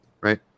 right